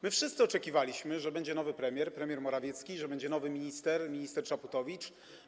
My wszyscy oczekiwaliśmy, że będzie nowy premier, premier Morawiecki, i że będzie nowy minister, minister Czaputowicz.